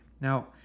Now